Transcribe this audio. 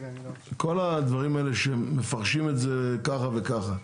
כל הדברים האלה שמפרשים את זה ככה וככה,